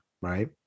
right